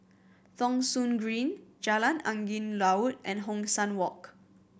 Thong Soon Green Jalan Angin Laut and Hong San Walk